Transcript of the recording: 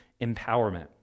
empowerment